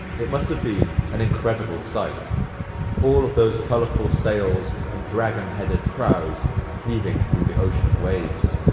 it must have been an incredible sight all of those colorful sails and dragon-headed prows cleaving through the ocean waves.